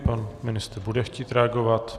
Pan ministr bude chtít reagovat.